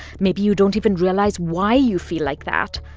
maybe you don't even realize why you feel like that.